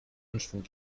anschwung